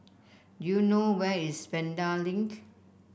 do you know where is Vanda Link